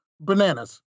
Bananas